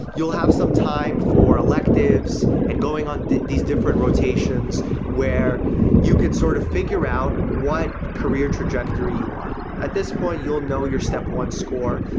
you'll have some time for electives, and going on these different rotations where you can sort of figure out what career trajectory you want. at this point you'll know your step one score,